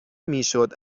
میشد